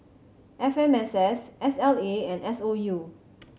F M S S S L A and S O U